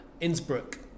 Innsbruck